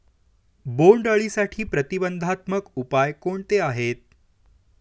बोंडअळीसाठी प्रतिबंधात्मक उपाय कोणते आहेत?